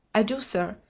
i do, sir,